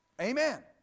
Amen